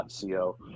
co